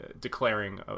declaring